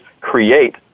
create